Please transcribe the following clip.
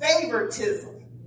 favoritism